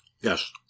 Yes